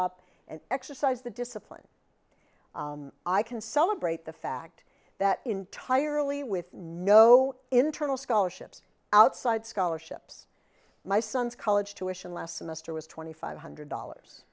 up and exercise the discipline i can celebrate the fact that entirely with no internal scholarships outside scholarships my son's college tuition last semester was twenty five hundred dollars